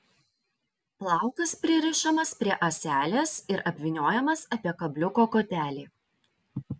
plaukas pririšamas prie ąselės ir apvyniojamas apie kabliuko kotelį